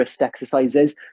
exercises